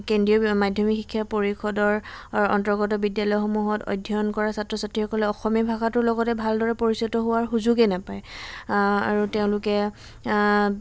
কেন্দ্ৰীয় মাধ্যমিক শিক্ষা পৰিষদৰ অন্তৰ্গত বিদ্যালয়সমূহত অধ্যয়ন কৰা ছাত্ৰ ছাত্ৰীসকলে অসমীয়া ভাষাটোৰ লগতে ভালদৰে পৰিচিত হোৱাৰ সুযোগে নাপায় আৰু তেওঁলোকে